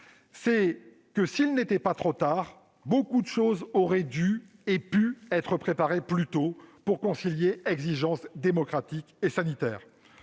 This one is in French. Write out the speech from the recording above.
c'est que, s'il n'était pas trop tard, beaucoup de choses auraient dû et auraient pu être préparées plus tôt pour concilier exigences démocratiques et sanitaires.